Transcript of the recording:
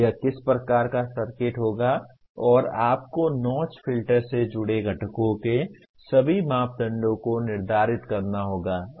यह किस प्रकार का सर्किट होगा और फिर आपको नौच फ़िल्टर से जुड़े घटकों के सभी मापदंडों को निर्धारित करना होगा